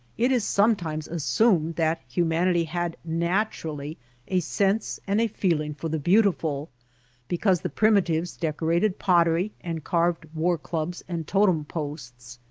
it is sometimes assumed that humanity had naturally a sense and a feeling for the beautiful because the primitives deco rated pottery and carved war-clubs and totem posts.